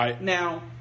Now